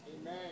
Amen